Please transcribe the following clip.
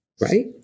right